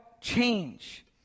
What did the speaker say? change